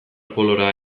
polora